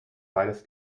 beides